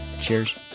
cheers